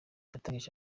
yatangije